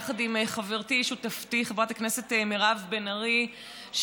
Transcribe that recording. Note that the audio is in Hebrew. יחד עם חברתי שותפתי חברת הכנסת מירב בן ארי.